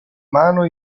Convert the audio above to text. mano